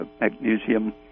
magnesium